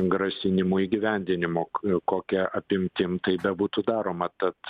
grasinimų įgyvendinimo kokia apimtim tai bebūtų daroma tad